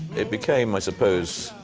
it became, i suppose,